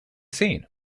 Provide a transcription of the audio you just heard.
seen